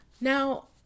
Now